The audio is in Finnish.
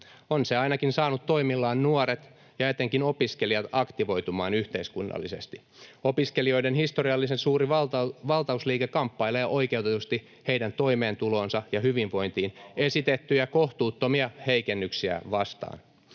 on se ainakin saanut toimillaan nuoret ja etenkin opiskelijat aktivoitumaan yhteiskunnallisesti. Opiskelijoiden historiallisen suuri valtausliike kamppailee oikeutetusti heidän toimeentuloonsa ja hyvinvointiin esitettyjä kohtuuttomia heikennyksiä vastaan.